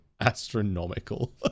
astronomical